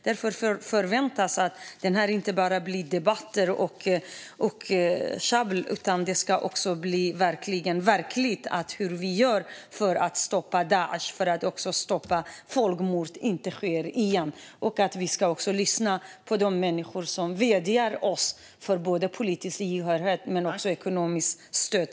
Det förväntas att det inte bara ska bli debatter och käbbel utan också verklighet. Det handlar om hur vi gör för att stoppa Daish och för att hindra att folkmord sker igen. Vi ska också lyssna på de människor som vädjar till oss om både politiskt gehör och ekonomiskt stöd.